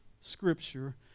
scripture